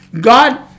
God